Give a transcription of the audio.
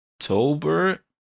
October